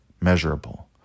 measurable